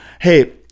hey